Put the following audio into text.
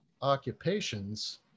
occupations